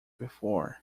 before